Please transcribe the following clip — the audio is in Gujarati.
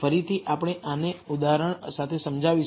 ફરીથી આપણે આને ઉદાહરણ સાથે સમજાવીશું